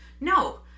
no